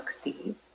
Steve